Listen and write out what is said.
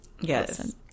yes